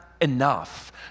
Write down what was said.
enough